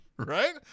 Right